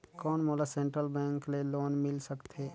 कौन मोला central bank ले लोन मिल सकथे?